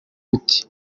gicuti